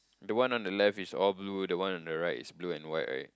the one on the left is all blue the one on the right is blue and white right